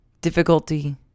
difficulty